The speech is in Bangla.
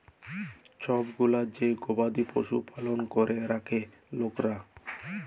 ছব গুলা যে গবাদি পশু পালল ক্যরে রাখ্যে লকরা